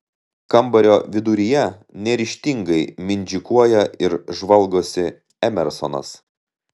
kambario viduryje neryžtingai mindžikuoja ir žvalgosi emersonas